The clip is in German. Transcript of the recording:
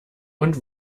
und